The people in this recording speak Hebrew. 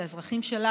זה האזרחים שלנו,